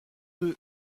deux